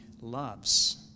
loves